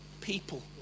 people